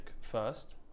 first